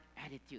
attitude